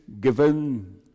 given